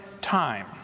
time